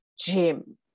gym